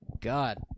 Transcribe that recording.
God